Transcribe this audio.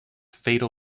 fatal